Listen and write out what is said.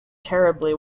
terribly